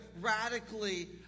radically